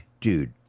dude